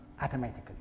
Automatically